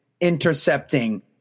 intercepting